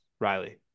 Riley